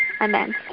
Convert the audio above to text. Amen